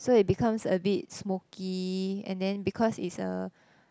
so it becomes a bit smokey and then because it's a